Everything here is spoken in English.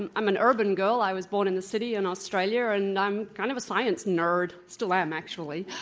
and i'm an urban girl, i was born in the city in australia, and i'm kind of a science nerd, still am actually,